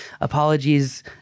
apologies